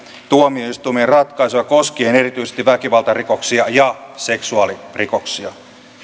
tuomioistuimien ratkaisuja koskien erityisesti väkivaltarikoksia ja seksuaalirikoksia